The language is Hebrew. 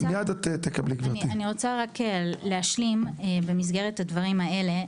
אני רוצה רק להשלים במסגרת הדברים האלה,